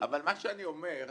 אבל מה שאני אומר,